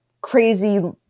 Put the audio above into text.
crazy